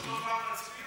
אבל כל פעם נצביע